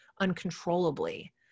uncontrollably